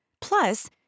Plus